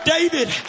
David